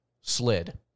slid